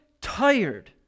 tired